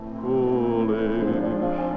foolish